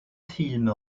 film